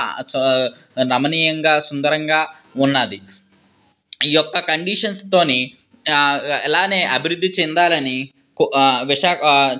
సు రమణీయంగా సుందరంగా ఉన్నది ఈ యొక్క కండీషన్స్తోని ఇలానే అభివృద్ధి చెందాలని కో విశాఖ